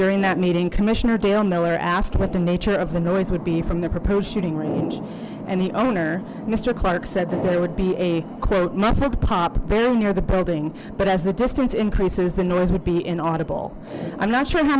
during that meeting commissioner dale miller asked what the nature of the noise would be from the proposed shooting range and the owner mister clark said that there would be a quote muffled pop very near the building but as the distance increases the noise would be inaudible i'm not sure how